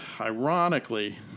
ironically